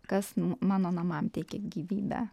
kas mano namam teikia gyvybę